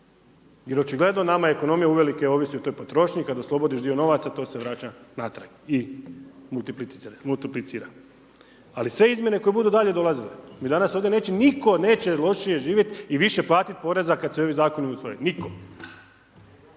očigledno nama ekonomija uvelike ovisi o toj potrošnji kada oslobodiš dio novaca to se vraća natrag i multiplicira. Ali sve izmjene koje budu dalje dolazile, jer danas ovdje neće nitko neće lošije živjeti i više platiti poreza, kada se ovi zakoni u svoje. Nitko.